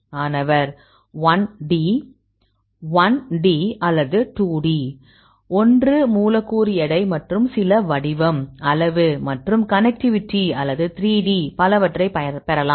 மாணவர் 1 D 1 D அல்லது 2 D ஒன்று மூலக்கூறு எடை மற்றும் சில வடிவம் அளவு மற்றும் கனெக்டிவிட்டி அல்லது 3D பலவற்றைப் பெறலாம்